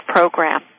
Program